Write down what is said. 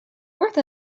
worth